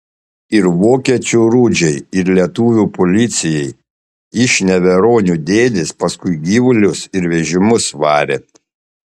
ir vokiečių rudžiai ir lietuvių policajai iš neveronių dėdės paskui gyvulius ir vežimus varė